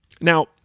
Now